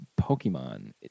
Pokemon